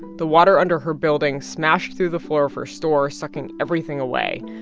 the water under her building smashed through the floor of her store, sucking everything away.